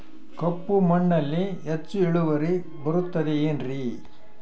ಕೆಂಪು ಮಣ್ಣಲ್ಲಿ ಹೆಚ್ಚು ಇಳುವರಿ ಬರುತ್ತದೆ ಏನ್ರಿ?